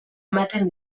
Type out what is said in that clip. ematen